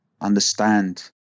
understand